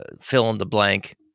fill-in-the-blank